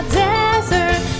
desert